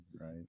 right